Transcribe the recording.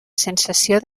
sensació